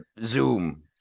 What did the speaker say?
Zoom